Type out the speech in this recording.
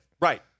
Right